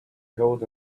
coat